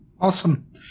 awesome